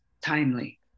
timely